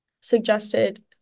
suggested